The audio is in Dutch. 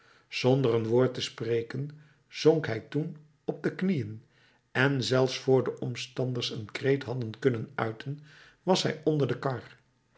zonder een woord te spreken zonk hij toen op de knieën en zelfs vr de omstanders een kreet hadden kunnen uiten was hij onder de kar